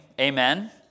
Amen